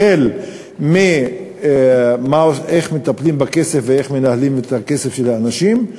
החל מאיך מטפלים בכסף ואיך מנהלים את הכסף של האנשים,